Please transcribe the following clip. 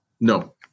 No